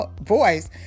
voice